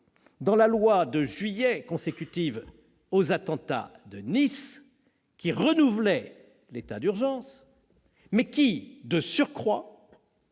dans la loi du 21 juillet 2016, consécutive aux attentats de Nice, qui renouvelait l'état d'urgence, et qui, de surcroît,